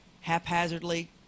haphazardly